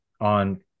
on